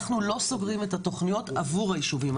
אנחנו לא סוגרים את התוכניות עבור היישובים.